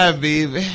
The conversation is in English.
baby